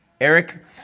Eric